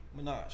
Minaj